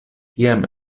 tiam